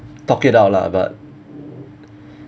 talk it out lah but